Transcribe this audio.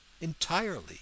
entirely